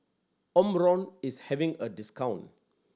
Omron is having a discount